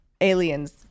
aliens